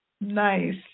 Nice